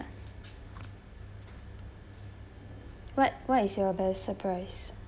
what what is your best surprise